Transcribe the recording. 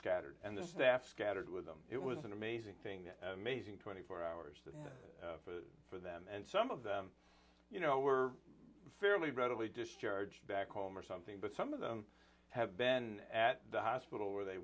scattered and their staff scattered with them it was an amazing thing amazing twenty four hours for them and some of them you know were fairly readily discharged back home or something but some of them have been at the hospital whe